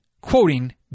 quoting